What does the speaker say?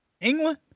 England